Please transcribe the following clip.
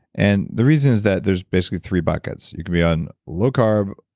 and the reason is that there's basically three buckets. you can be on low carb,